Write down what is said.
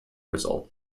result